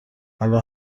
الان